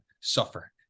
suffer